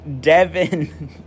Devin